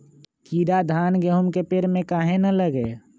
कीरा धान, गेहूं के पेड़ में काहे न लगे?